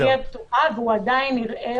הדלת תהיה פתוחה, והוא עדיין יראה אותו.